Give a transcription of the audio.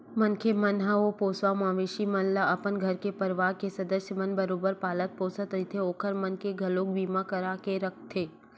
मनखे मन ह ओ पोसवा मवेशी मन ल अपन घर के परवार के सदस्य मन बरोबर पालत पोसत रहिथे ओखर मन के घलोक बीमा करा के रखथे